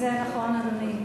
זה נכון, אדוני.